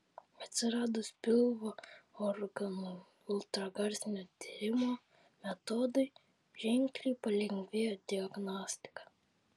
atsiradus pilvo organų ultragarsinio tyrimo metodui ženkliai palengvėjo diagnostika